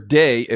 day